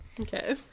Okay